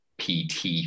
PT